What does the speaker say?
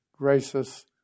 gracious